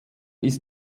ist